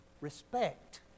respect